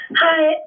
Hi